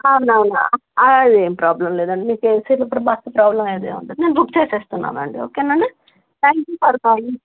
అవునవునా అది ఏం ప్రాబ్లం లేదండి మీకు ఏసీలు ఇప్పుడు బస్సు ప్రాబ్లమ్ ఏదే ఉండదు నేను బుక్ చేసేస్తున్నానండి ఓకే నండి థ్యాంక్యూ ఫర్ కాలింగ్